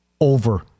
over